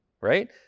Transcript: right